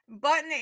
Button